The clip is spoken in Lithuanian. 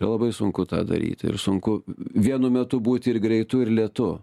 yra labai sunku tą daryti ir sunku vienu metu būti ir greitu ir lėtu